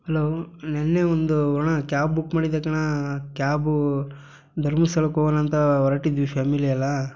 hello ನಿನ್ನೆ ಒಂದು ಅಣ್ಣ ಕ್ಯಾಬ್ ಬುಕ್ ಮಾಡಿದ್ದೆ ಕಣೋ ಕ್ಯಾಬು ಧರ್ಮಸ್ಥಳಕ್ಕೆ ಹೋಗೋಣ ಅಂತ ಹೊರಟಿದ್ವಿ ಫ್ಯಾಮಿಲಿ ಎಲ್ಲ